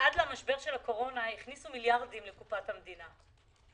שעד למשבר הקורונה הכניסו מיליארדים לקופת המדינה.